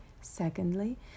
Secondly